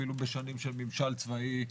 אפילו בשנים של ממשל צבאי.